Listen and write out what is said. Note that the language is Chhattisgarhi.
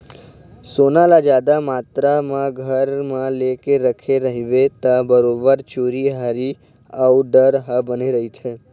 सोना ल जादा मातरा म घर म लेके रखे रहिबे ता बरोबर चोरी हारी अउ डर ह बने रहिथे